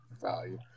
value